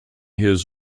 his